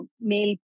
male